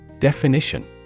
Definition